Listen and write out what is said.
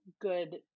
good